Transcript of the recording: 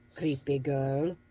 creepy girl.